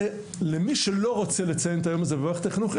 למי שלא רוצה לציין את היום הזה במערכת החינוך,